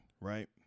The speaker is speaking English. right